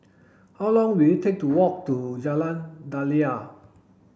how long will it take to walk to Jalan Daliah